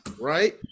Right